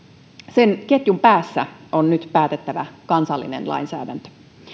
sen ketjun päässä on nyt päätettävä kansallinen lainsäädäntö